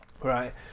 right